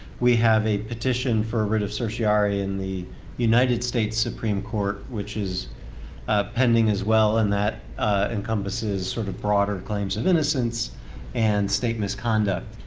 we have a petition for writ of certiorari in the united states supreme court which is pending as well. and that encompasses sort of broader claims of innocence and state misconduct.